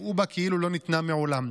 ויראו בה כאילו לא ניתנה מעולם.